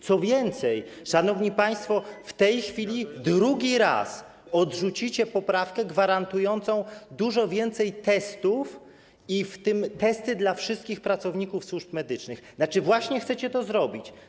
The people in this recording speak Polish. Co więcej, szanowni państwo, w tej chwili drugi raz odrzucicie poprawkę gwarantującą dużo więcej testów, w tym testy dla wszystkich pracowników służb medycznych, tzn. właśnie chcecie to zrobić.